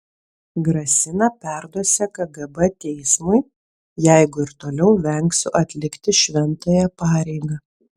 grasina perduosią kgb teismui jeigu ir toliau vengsiu atlikti šventąją pareigą